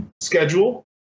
schedule